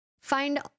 Find